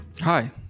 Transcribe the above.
Hi